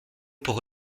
pour